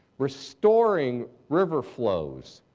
restoring river flows,